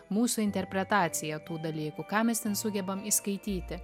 mūsų interpretacija tų dalykų ką mes ten sugebam įskaityti